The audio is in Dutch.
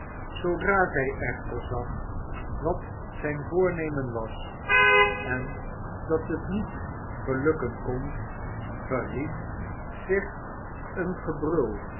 zoodra zij echter zag wat zijn voornemen was en dat het niet gelukken kon verhief zich een gebrul